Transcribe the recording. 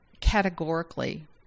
categorically